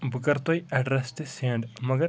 بہٕ کَرٕ تۄہِہ اَڈرٮ۪س تِہ سٮ۪نٛڈ مَگَر